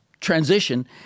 transition